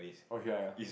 okay I